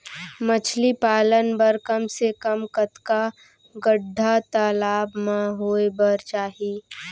मछली पालन बर कम से कम कतका गड्डा तालाब म होये बर चाही?